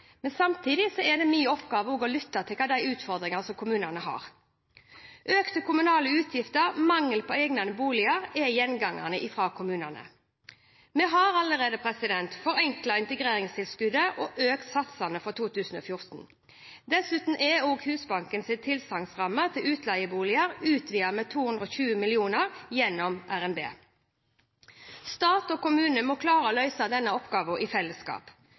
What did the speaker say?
men samtidig er det også min oppgave å lytte til de utfordringene som kommunene har. Økte kommunale utgifter og mangel på egnede boliger er gjengangere fra kommunene. Vi har allerede forenklet integreringstilskuddet og økt satsene for 2014. Dessuten er Husbankens tilsagnsramme til utleieboliger utvidet med 220 mill. kr gjennom RNB. Stat og kommune må klare å løse denne oppgaven i fellesskap.